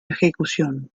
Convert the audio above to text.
ejecución